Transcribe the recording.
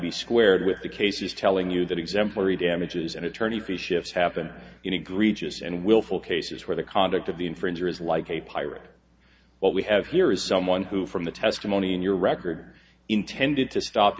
be squared with the case is telling you that exemplary damages and attorney fees shift happened in agree just and willful cases where the conduct of the infringer is like a pirate what we have here is someone who from the testimony in your record intended to stop